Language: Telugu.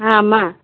అమ్మా